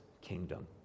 kingdom